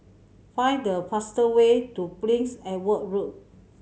find the fastest way to Prince Edward Road